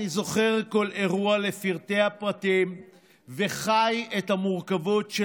אני זוכר כל אירוע לפרטי-פרטים וחי את המורכבות של